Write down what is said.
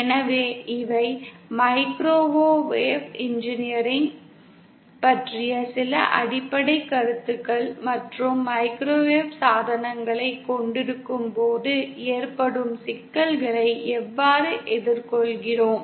எனவே இவை microwave engineering பற்றிய சில அடிப்படைக் கருத்துகள் மற்றும் மைக்ரோவேவ் சாதனங்களைக் கொண்டிருக்கும்போது ஏற்படும் சிக்கல்களை எவ்வாறு எதிர்கொள்கிறோம்